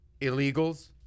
Illegals